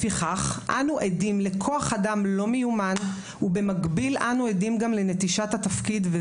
לפיכך אנו עדים הן לכוח אדם לא מיומן והן לנטישת התפקיד במקביל,